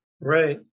Right